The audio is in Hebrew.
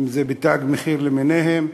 אם זה ב"תג מחיר" למיניהם,